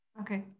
Okay